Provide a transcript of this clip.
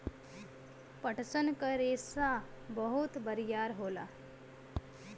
पटसन क रेसा बहुत बरियार होला